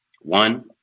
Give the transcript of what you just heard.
One